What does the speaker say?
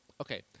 Okay